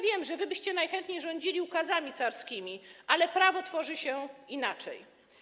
Wiem, że wy byście najchętniej rządzili ukazami carskimi, ale prawo tworzy się inaczej.